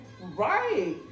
Right